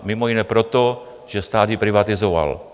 Mimo jiné proto, že stát ji privatizoval.